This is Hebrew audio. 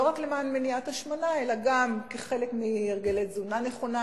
לא רק למען מניעת השמנה אלא גם כחלק מהרגלי תזונה נכונה,